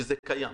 שזה קיים.